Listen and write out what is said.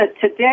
today